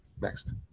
next